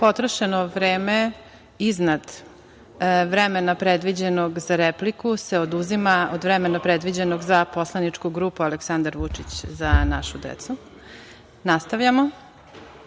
vreme iznad vremena predviđenog za repliku se oduzima od vremena predviđenog za poslaničku grupu Aleksandar Vučić – Za našu decu. Sada nastavljamo